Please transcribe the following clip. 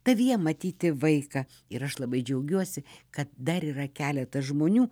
tavyje matyti vaiką ir aš labai džiaugiuosi kad dar yra keletas žmonių